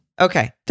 Okay